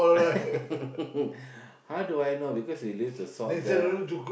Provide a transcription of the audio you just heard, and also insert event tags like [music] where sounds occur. [laughs] how do I know because you leave the salt there mah